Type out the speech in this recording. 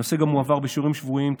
הנושא גם הועבר בשיעורים שבועיים,